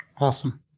Awesome